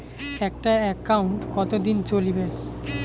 একটা একাউন্ট কতদিন চলিবে?